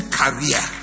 career